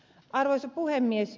arvoisa puhemies